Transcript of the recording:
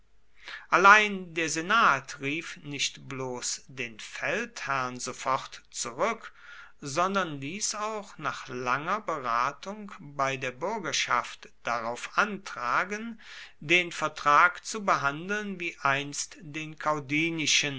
allein der senat rief nicht bloß den feldherrn sofort zurück sondern ließ auch nach langer beratung bei der bürgerschaft darauf antragen den vertrag zu behandeln wie einst den